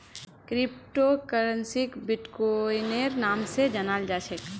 crypto करन्सीक बिट्कोइनेर नाम स जानाल जा छेक